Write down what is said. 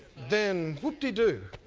then, whoop-de-do.